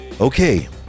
Okay